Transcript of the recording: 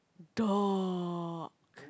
dog